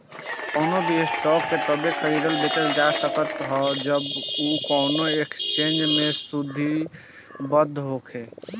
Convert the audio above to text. कवनो भी स्टॉक के तबे खरीदल बेचल जा सकत ह जब उ कवनो एक्सचेंज में सूचीबद्ध होखे